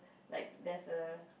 like there's a